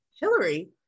Hillary